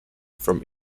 from